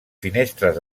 finestres